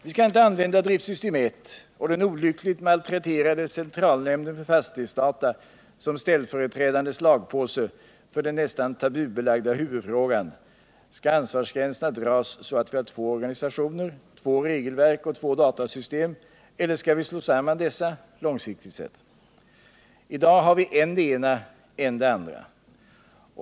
Vi skall inte använda driftsystem 1 och den olyckliga malträterade centralnämnden för fastighetsdata som ställföreträdande slagpåse för den nästa tabubelagda huvudfrågan: Skall ansvarsgränserna dras så att vi har två organisationer, två regelverk och två datasystem, eller skall vi slå samman dessa, långsiktigt sett? I dag har vi än det ena, än det andra.